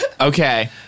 Okay